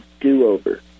do-over